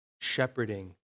shepherding